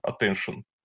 attention